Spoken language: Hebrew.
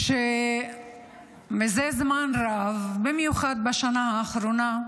שמזה זמן רב, במיוחד בשנה האחרונה,